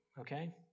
okay